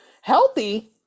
healthy